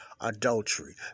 Adultery